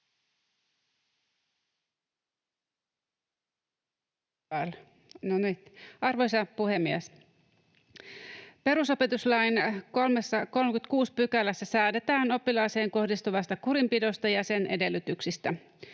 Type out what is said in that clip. Arvoisa puhemies! Perusopetuslain 36 §:ssä säädetään oppilaaseen kohdistuvasta kurinpidosta ja sen edellytyksistä.